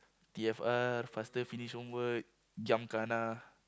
T_F_R faster finish homework giam kana